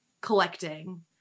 collecting